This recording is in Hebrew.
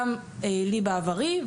גם לי בעברי,